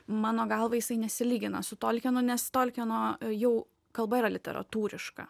mano galva jisai nesilygina su tolkienu nes tolkieno jau kalba yra literatūriška